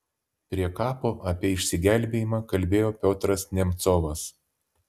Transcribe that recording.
prie kapo apie išsigelbėjimą kalbėjo piotras nemcovas